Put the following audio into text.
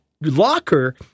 locker